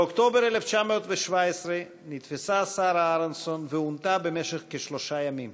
באוקטובר 1917 נתפסה שרה אהרונסון ועונתה במשך כשלושה ימים.